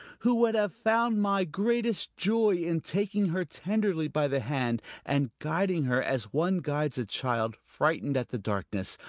who would have found my greatest joy in taking her tenderly by the hand and guiding her as one guides a child frightened at the darkness,